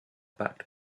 backed